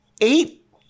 eight